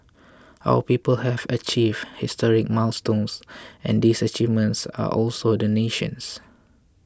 our people have achieved historic milestones and these achievements are also the nation's